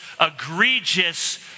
egregious